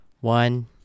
one